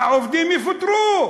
העובדים יפוטרו.